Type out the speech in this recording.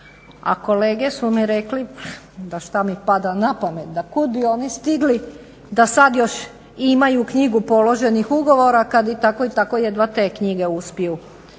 a kolege su mi rekli da šta mi pada na pamet, da kud bi oni stigli da sad još imaju knjigu položenih ugovora kad je tako i tako jedva te knjige uspiju